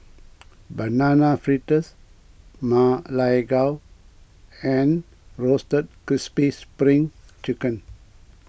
Banana Fritters Ma Lai Gao and Roasted Crispy Spring Chicken